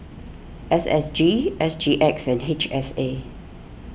S S G S G X and H S A